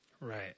Right